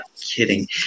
kidding